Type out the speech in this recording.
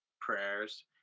prayers